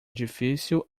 edifício